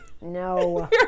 No